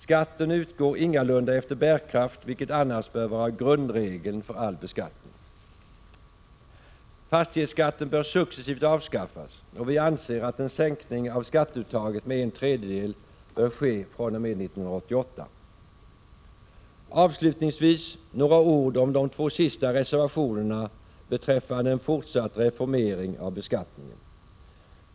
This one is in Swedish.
Skatten utgår ingalunda efter bärkraft, vilket annars bör vara grundregeln för all beskattning. Fastighetsskatten bör successivt avskaffas, och vi anser att en sänkning av skatteuttaget med en tredjedel bör ske fr.o.m. 1988. Avslutningsvis några ord om de två sista reservationerna beträffande en fortsatt reformering av beskattningen.